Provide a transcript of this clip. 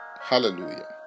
Hallelujah